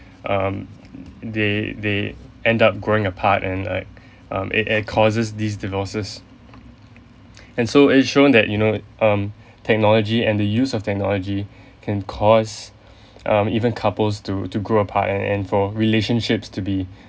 um they they end up growing apart and like um it it causes these divorces and so it shown that you know um technology and the use of technology can cause um even couples to to grow apart and and for relationships to be